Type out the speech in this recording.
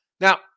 now